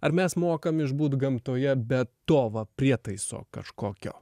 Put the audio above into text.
ar mes mokam išbūti gamtoje bet to va prietaiso kažkokio